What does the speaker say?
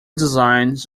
designs